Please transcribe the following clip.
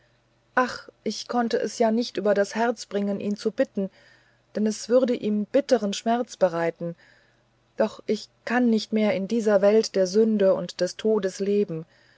ach ich konnte es ja nicht über das herz bringen ihn zu bitten denn es würde ihm bitteren schmerz bereiten doch ich kann nicht mehr in dieser welt der sünde und des todes leben